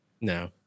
No